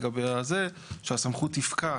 שהסמכות תפקע